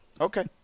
Okay